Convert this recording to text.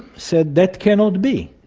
said that cannot be.